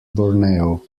borneo